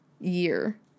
year